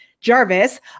Jarvis